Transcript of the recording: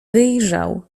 wyjrzał